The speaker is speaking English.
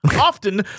Often